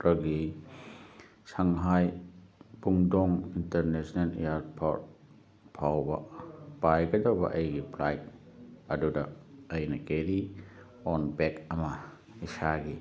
ꯇꯒꯤ Shanghai Pudong international airport ꯐꯥꯎꯕ ꯄꯥꯏꯒꯗꯕ ꯑꯩꯒꯤ ꯐ꯭ꯂꯥꯏꯠ ꯑꯗꯨꯗ ꯑꯩꯅ ꯀꯦꯔꯤ ꯑꯣꯟ ꯕꯦꯛ ꯑꯃ ꯏꯁꯥꯒꯤ